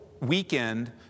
weekend